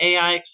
AI